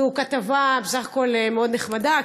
בסך הכול זו כתבה מאוד נחמדה,